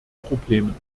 problemen